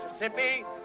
Mississippi